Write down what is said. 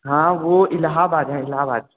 हाँ वो इलाहबाद है इलाहाबाद